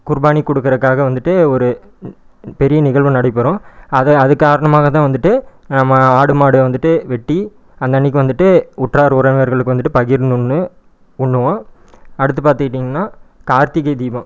குர்பானி கொடுக்குறக்காக வந்துவிட்டு ஒரு பெரிய நிகழ்வு நடைபெறும் அதை அது காரணமாக தான் வந்துவிட்டு நம்ம ஆடு மாடு வந்துவிட்டு வெட்டி அன்னன்னைக்கு வந்துவிட்டு உற்றார் உறவினர்களுக்கு வந்துவிட்டு பகிர்ணுன்னு உண்ணுவோம் அடுத்து பார்த்துக்கிட்டிங்கன்னா கார்த்திகை தீபம்